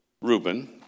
Reuben